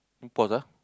pause ah